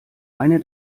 eine